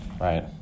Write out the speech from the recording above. right